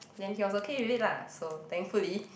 then he was okay with it lah so thankfully